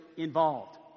involved